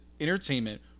entertainment